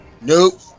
Nope